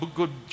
good